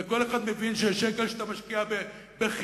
וכל אחד מבין ששקל שאתה משקיע בחינוך,